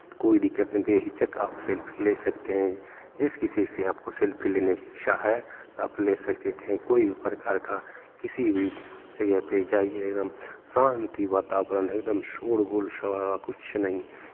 तो कोइ दिक्कत नहीं बेहिचक आप सेल्फी ले सकते हैं जिस किसी से आपको सेल्फी लेने की इच्छा है आप ले सकते थे कोई प्रकार का किसी भी जगह पे जाइए एकदम शान्ति वातावरण है एकदम शोरगुल सा कुछ नहीं